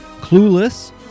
Clueless